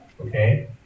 Okay